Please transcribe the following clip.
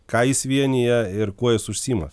ką jis vienija ir kuo jis užsiima